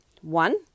One